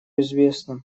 известно